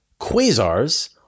Quasars